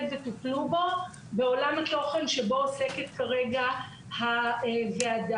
וטופלו בו בעולם התוכן שבו עוסקת כרגע הוועדה.